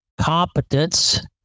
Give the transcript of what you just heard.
competence